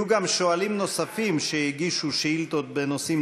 יהיו שואלים נוספים שהגישו שאילתות בנושאים